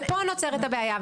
ופה נוצרת הבעיה.